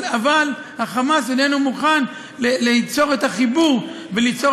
אבל ה"חמאס" איננו מוכן ליצור את החיבור וליצור